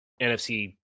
NFC